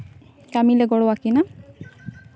ᱠᱟᱹᱢᱤᱞᱮ ᱜᱚᱲᱚ ᱟᱹᱠᱤᱱᱟ